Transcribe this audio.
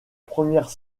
première